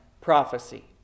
prophecy